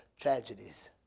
tragedies